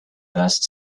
dust